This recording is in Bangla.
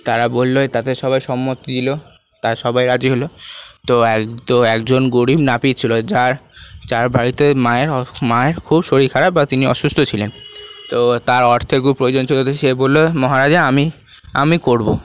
তারা বললো তাদের সবাই সম্মতি দিলো তারা সবাই রাজি হল তো তো একজন গরীব নাপিত ছিল যার যার বাড়িতে মায়ের মায়ের খুব শরীর খারাপ বা তিনি অসুস্থ ছিলেন তো তার অর্থের খুব প্রয়োজন ছিল সে বললো মহারাজা আমি আমি করবো